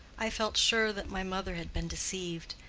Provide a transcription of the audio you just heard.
i felt sure that my mother had been deceived,